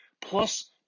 Plus